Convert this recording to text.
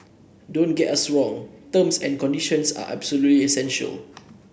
don't get us wrong terms and conditions are absolutely essential